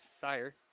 Sire